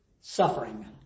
Suffering